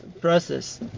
process